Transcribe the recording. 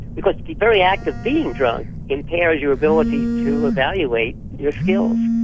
because the very act of being drunk impairs your ability to evaluate your skills.